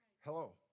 Hello